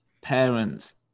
parents